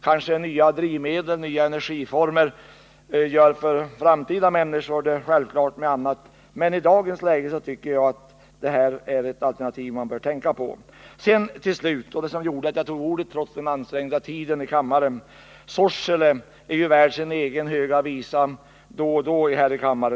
Kanske nya drivmedel och nya energiformer gör det självklart för framtida människor med andra förbindelser, men i dagens läge tycker jag att det här är ett alternativ som man bör tänka på. Till slut — och det var det som gjorde att jag begärde ordet, trots den ansträngda tiden i kammaren — är Sorsele ju värd sin egen höga visa då och då här i kammaren.